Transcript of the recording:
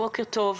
בוקר טוב.